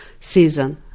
season